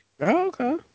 okay